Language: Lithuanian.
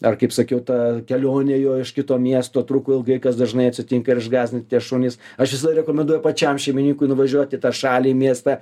ar kaip sakiau ta kelionė jo iš kito miesto truko ilgai kas dažnai atsitinka ir išgąsdinti tie šunys aš visada rekomenduoju pačiam šeimininkui nuvažiuot į tą šalį į miestą